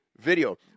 Video